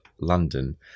London